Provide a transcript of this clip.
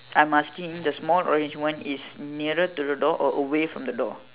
I'm asking the small orange one is nearer to the door or away from the door